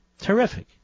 Terrific